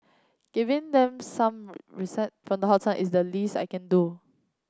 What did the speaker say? giving them some from the hot sun is the least I can do